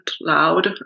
loud